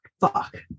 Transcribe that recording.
Fuck